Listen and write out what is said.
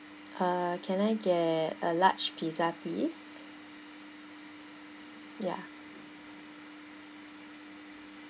uh can I get a large pizza please ya